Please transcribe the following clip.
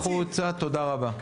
תודה, צא החוצה תודה רבה,